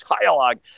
dialogue